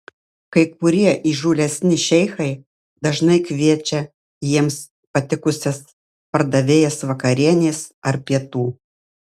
kai kurie įžūlesni šeichai dažnai kviečia jiems patikusias pardavėjas vakarienės ar pietų